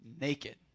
naked